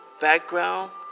background